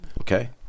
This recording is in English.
Okay